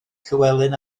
llywelyn